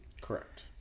Correct